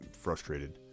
frustrated